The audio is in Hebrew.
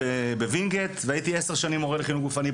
הייתי מורה לחינוך גופני.